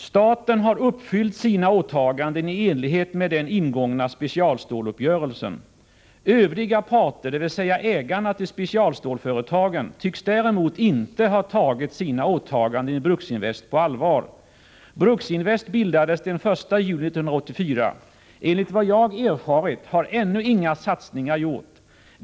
Staten har uppfyllt sina åtaganden i enlighet med den ingångna specialstålsuppgörelsen. Övriga parter, dvs. ägarna till specialstålsföretagen, tycks däremot inte ha tagit sina åtaganden i Bruksinvest på allvar. Bruksinvest bildades den 1 juli 1984. Enligt vad jag erfarit har ännu inga satsningar gjorts.